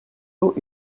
eaux